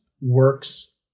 works